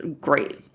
great